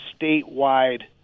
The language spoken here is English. statewide